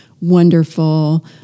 wonderful